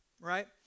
right